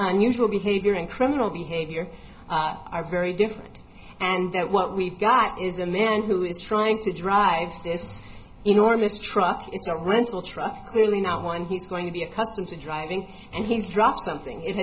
unusual behavior and criminal behavior are very different and that what we've got is a man who is trying to drive this enormous truck is a rental truck clearly not one he's going to be accustomed to driving and he's dropped something it